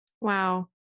Wow